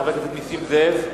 חבר הכנסת נסים זאב,